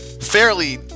fairly